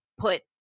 Put